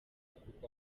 kuko